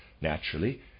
naturally